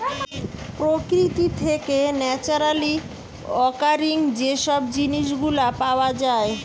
প্রকৃতি থেকে naturally occurring যে সব জিনিস গুলা পাওয়া যায়